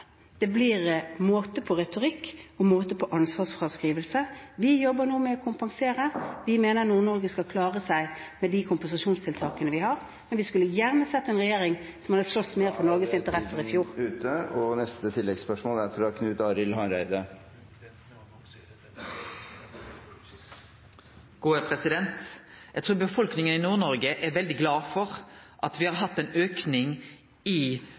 det får være måte på retorikk, måte på ansvarsfraskrivelse. Vi jobber nå med å kompensere, og vi mener Nord-Norge skal klare seg med de kompensasjonstiltakene vi har, men vi skulle gjerne sett en regjering som hadde slåss litt mer for Norges interesser i fjor. Knut Arild Hareide – til oppfølgingsspørsmål. Eg trur befolkninga i Nord-Noreg er veldig glad for at me har hatt ein auke i